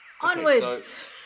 Onwards